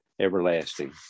everlasting